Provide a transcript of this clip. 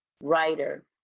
writer